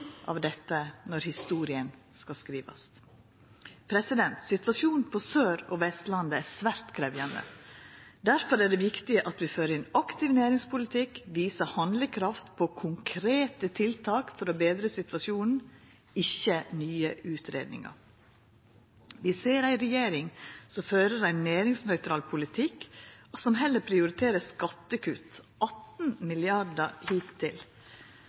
av dette når historia skal skrivast. Situasjonen på Sørlandet og Vestlandet er svært krevjande. Difor er det viktig at ein fører ein aktiv næringspolitikk, viser handlekraft på konkrete tiltak for å betra situasjonen – ikkje føretek nye utgreiingar. Vi ser ei regjering som fører ein næringsnøytral politikk, og som heller prioriterer skattekutt – 18